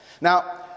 now